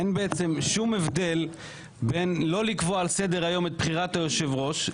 אין שום הבדל בין לא לקבוע על סדר היום את בחירת היושב-ראש,